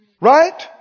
Right